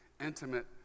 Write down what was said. intimate